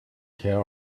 care